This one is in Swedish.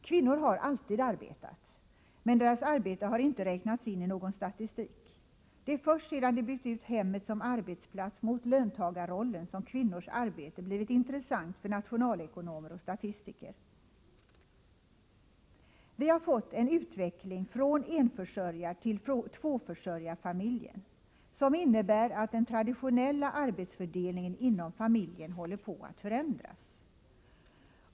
Kvinnor har alltid arbetat, men deras arbete har inte räknats in i någon statistik. Det är först sedan de bytt ut hemmet som arbetsplats mot löntagarrollen som kvinnors arbete blivit intressant för nationalekonomer och statistiker. Vi har fått en utveckling från enförsörjartill tvåförsörjarfamilj som innebär att den traditionella arbetsfördelningen inom familjen håller på att förändras.